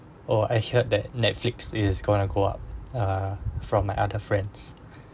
oh I heard that netflix is going to go up uh from my other friends